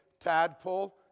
tadpole